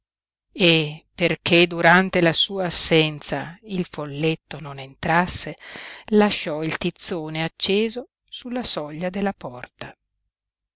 e perché durante la sua assenza il folletto non entrasse lasciò il tizzone acceso sulla soglia della porta